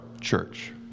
church